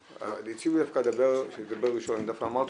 הציעו לי דווקא שתדבר ראשון ואני דווקא אמרתי